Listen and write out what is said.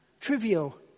trivial